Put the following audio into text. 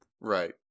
Right